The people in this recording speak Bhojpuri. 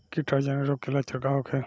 कीटाणु जनित रोग के लक्षण का होखे?